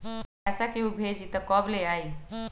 पैसा केहु भेजी त कब ले आई?